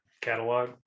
catalog